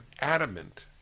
adamant